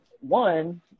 one